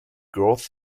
growth